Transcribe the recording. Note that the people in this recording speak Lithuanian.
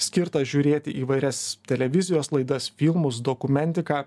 skirtą žiūrėti įvairias televizijos laidas filmus dokumentiką